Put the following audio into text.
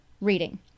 reading